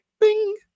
bing